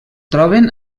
troben